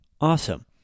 Awesome